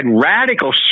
radical